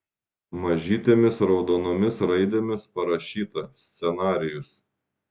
mažytėmis raudonomis raidėmis parašyta scenarijus